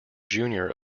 junior